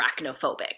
arachnophobic